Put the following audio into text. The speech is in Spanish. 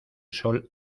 sol